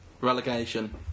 relegation